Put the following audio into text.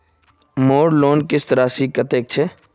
मोर लोन किस्त राशि कतेक छे?